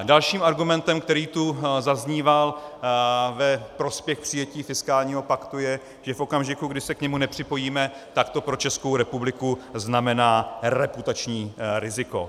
Dalším argumentem, který tu zazníval ve prospěch přijetí fiskálního paktu, je, že v okamžiku, kdy se k němu nepřipojíme, tak to pro Českou republiku znamená reputační riziko.